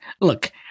look